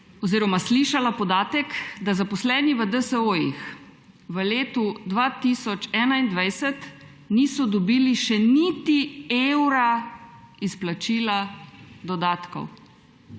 financ slišala podatek, da zaposleni v DSO-jih v letu 2021 niso dobili še niti evra izplačila dodatkov.